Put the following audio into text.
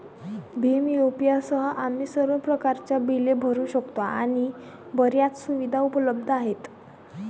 Bhim UPI सह, आम्ही सर्व प्रकारच्या बिले भरू शकतो आणि बर्याच सुविधा उपलब्ध आहेत